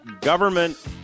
government